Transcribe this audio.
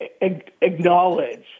acknowledge